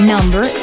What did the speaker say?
Number